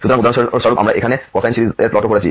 সুতরাং উদাহরণস্বরূপ আমরা এখানে কোসাইন সিরিজের প্লটও করেছি